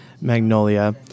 Magnolia